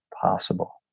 possible